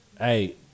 hey